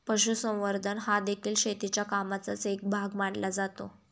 पशुसंवर्धन हादेखील शेतीच्या कामाचाच एक भाग मानला जातो